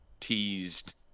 teased